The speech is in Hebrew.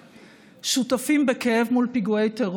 אלה אנשים שכולנו צריכים להכיר את שמם ולהיות גאים בהם.